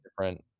different